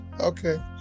Okay